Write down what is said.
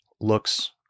looks